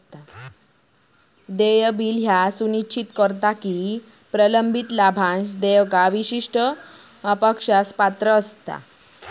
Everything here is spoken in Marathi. देय बिल ह्या सुनिश्चित करता की प्रलंबित लाभांश देयका विशिष्ट पक्षास पात्र असता